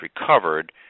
recovered